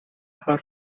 her